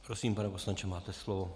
Prosím, pane poslanče, máte slovo.